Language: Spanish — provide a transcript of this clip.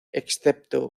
excepto